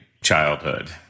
childhood